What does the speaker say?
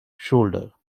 shoulder